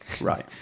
right